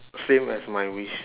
same as my wish